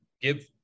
give